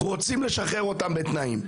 רוצים לשחרר אותה בתנאים.